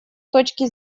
точки